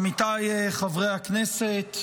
עמיתיי חברי הכנסת,